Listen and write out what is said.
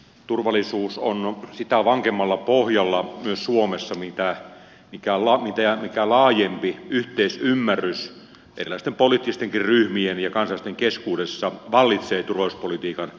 turvallisuus on sitä vankemmalla pohjalla myös suomessa mitä laajempi yhteisymmärrys erilaisten poliittistenkin ryhmien ja kansalaisten keskuudessa vallitsee turvallisuuspolitiikan päälinjasta